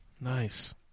Nice